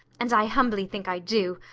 and i humbly think i do.